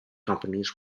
companies